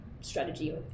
strategy